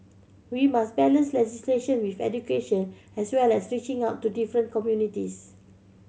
we must balance legislation with education as well as reaching out to different communities